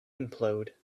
implode